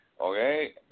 Okay